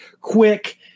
quick